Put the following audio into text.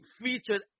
featured